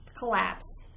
collapse